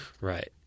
Right